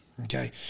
Okay